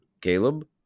Caleb